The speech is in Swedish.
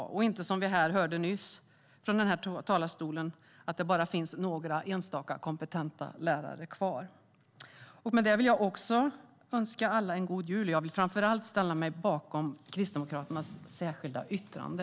Det ska inte vara som vi hörde nyss från denna talarstol: att det bara finns några enstaka kompetenta lärare kvar. Med detta vill jag önska alla en god jul, och framför allt ställer jag mig bakom Kristdemokraterna särskilda yttrande.